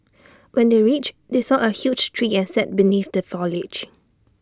when they reached they saw A huge tree and sat beneath the foliage